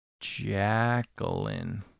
Jacqueline